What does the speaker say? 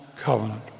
covenant